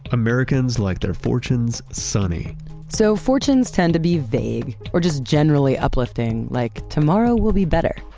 americans like their fortunes sunny so fortunes tend to be vague or just generally uplifting, like tomorrow will be better,